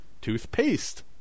toothpaste